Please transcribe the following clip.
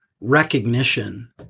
recognition